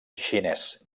xinès